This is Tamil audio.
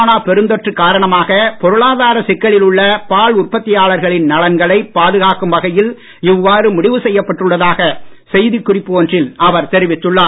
கொரோனா பெருந்தொற்றுக் காரணமாக பொருளாதார சிக்கலில் உள்ள பால் உற்பத்தியாளர்களின் நலன்களை பாதுகாக்கும் வகையில் இவ்வாறு முடிவு செய்யப்பட்டுள்ளதாக செய்திக் குறிப்பு ஒன்றில் அவர் தெரிவித்துள்ளார்